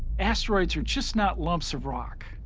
asteroids are just not lumps of rock.